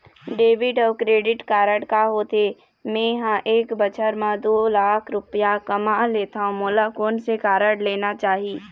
Debit या credit card का होथे, मे ह एक बछर म दो लाख रुपया कमा लेथव मोला कोन से कारड लेना चाही?